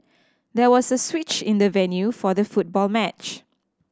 there was a switch in the venue for the football match